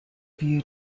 view